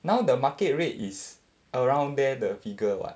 now the market rate is around there the figure [what]